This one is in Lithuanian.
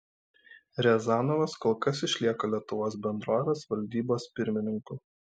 riazanovas kol kas išlieka lietuvos bendrovės valdybos pirmininku